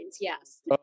yes